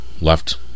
left